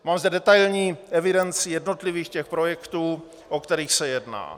Mám zde detailní evidenci jednotlivých projektů, o kterých se jedná.